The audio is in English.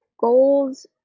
Goals